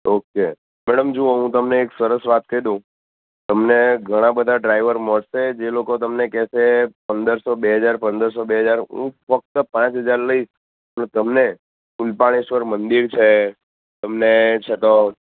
okay madam જુઓ હું તમને એક સરસ વાત કઈ દઉ તમને ઘણા બધા ડ્રાઇવર મળશે જે લોકો તમને કહેશે પંદર સો બે હજાર પંદર સો બે હજાર હું ફક્ત પાંચ હજાર લઇશ અને તમને શૂલપાણેશ્વર મંદિર છે એમને છે તો